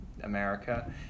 America